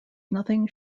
nothing